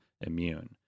immune